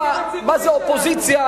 מה זה אופוזיציה.